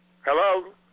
Hello